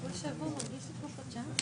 ישיבת ועדת החינוך,